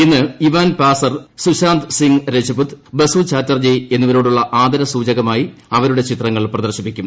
ഇന്ന് Ivan Passer Sushant Singh Rajput Basu Chatterjee എന്നിവരോടുള്ള ആദരസ്ട്രൂചക്മായി അവരുടെ ചിത്രങ്ങൾ പ്രദർശിപ്പിക്കും